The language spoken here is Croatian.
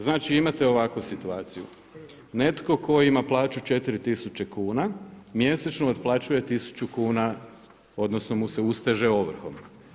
Znači imate ovakvu situaciju, netko tko ima plaću 4000 kuna, mjesečno otplaćuje 1000 kuna, odnosno mu se usteže ovrhom.